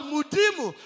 Mudimu